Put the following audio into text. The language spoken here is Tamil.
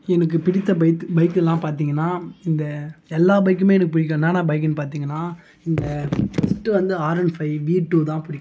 எனக்குப் பிடித்த பைக் பைக்கெல்லாம் பார்த்திங்கனா இந்த எல்லா பைக்குமே எனக்கு பிடிக்கும் என்னனா பைக்குனு பார்த்திங்கனா இந்த பஸ்ட்டு வந்து R one five V two தான் பிடிக்கும்